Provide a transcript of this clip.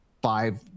Five